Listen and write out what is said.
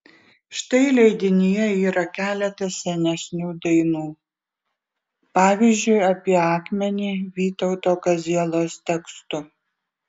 štai leidinyje yra keletas senesnių dainų pavyzdžiui apie akmenį vytauto kazielos tekstu